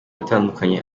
atandukanye